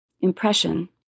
Impression